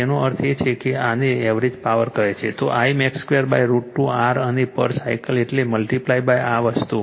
તેનો અર્થ એ કે જો આને એવરેજ પાવર કહે છે તો Imax2√ 2 R અને પર સાયકલ એટલે મલ્ટીપ્લાયઆ વસ્તુ